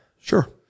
Sure